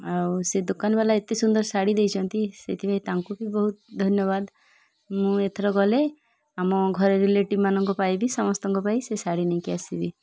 ଆଉ ସେ ଦୋକାନବାଲା ଏତେ ସୁନ୍ଦର ଶାଢ଼ୀ ଦେଇଛନ୍ତି ସେଇଥିପାଇଁ ତାଙ୍କୁ ବି ବହୁତ ଧନ୍ୟବାଦ ମୁଁ ଏଥର ଗଲେ ଆମ ଘରେ ରିଲେଟିଭ୍ମାନଙ୍କ ପାଇଁ ବି ସମସ୍ତଙ୍କ ପାଇଁ ସେ ଶାଢ଼ୀ ନେଇକି ଆସିବି